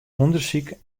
ûndersyk